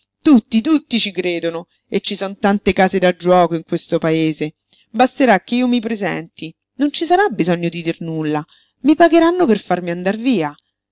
tutti tutti ci credono e ci son tante case da giuoco in questo paese basterà che io mi presenti non ci sarà bisogno di dir nulla i pagheranno per farmi andar via